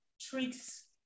tricks